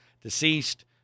deceased